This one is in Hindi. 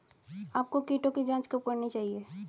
आपको कीटों की जांच कब करनी चाहिए?